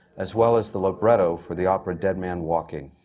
as well as the libretto for the opera dead man walking.